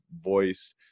voice